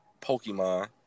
Pokemon